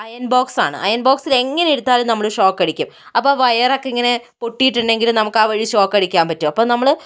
iron box ആണ് iron box എങ്ങനേ എടുത്താലും നമ്മൾ ഷോക്കടിക്കും അപ്പോൾ വയർ ഒക്കേ ഇങ്ങനേ പൊട്ടിയിട്ടുണ്ടെങ്കിൽ നമുക്ക് ആ വഴി ഷോക്കടിക്കാൻ പറ്റും അപ്പോൾ നമ്മൾ